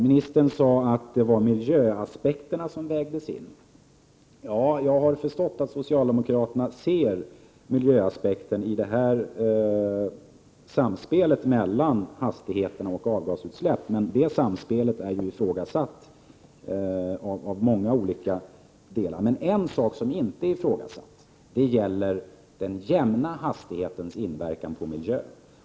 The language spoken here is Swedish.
Ministern sade att miljöaspekterna hade vägts in. Jag har förstått att socialdemokraterna ser miljöaspekter i detta samspel mellan hastighet och avgasutsläpp, men det samspelet är ifrågasatt av många. En sak som inte är ifrågasatt är dock den jämna hastighetens inverkan på miljön.